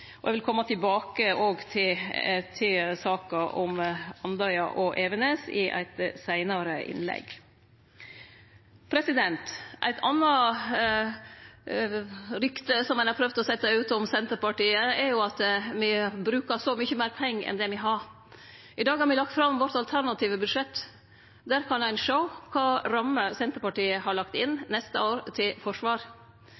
Eg vil kome tilbake til saka om Andøya og Evenes i eit seinare innlegg. Eit anna rykte ein har prøvd å setje ut om Senterpartiet, er at me bruker så mykje meir pengar enn det me har. I dag har me lagt fram det alternative budsjettet vårt. Der kan ein sjå kva rammer Senterpartiet har lagt inn